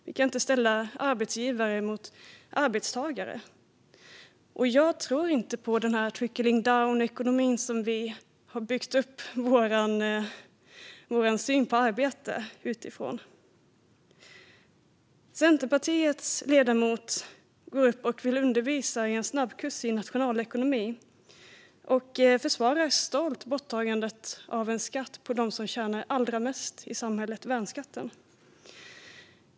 Vi kan inte ställa arbetsgivare mot arbetstagare. Jag tror inte på trickle-down-ekonomin, utifrån vilken vi har byggt upp vår syn på arbete. Centerpartiets ledamot går upp i debatten och vill undervisa med en snabbkurs i nationalekonomi och försvarar stolt borttagandet av en skatt, värnskatten, för dem som tjänar allra mest i samhället.